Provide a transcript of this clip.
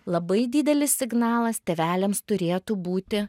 labai didelis signalas tėveliams turėtų būti